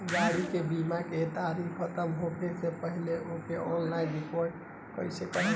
गाड़ी के बीमा के तारीक ख़तम होला के पहिले ओके ऑनलाइन रिन्यू कईसे करेम?